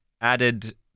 added